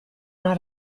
una